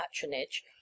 patronage